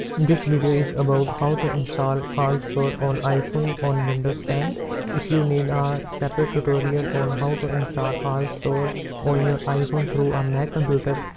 this video is about how to install altstore on iphone on windows ten if you need a separate tutorial on how to install altstore on your iphone, through a mac computer.